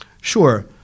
Sure